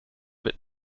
wird